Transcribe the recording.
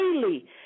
daily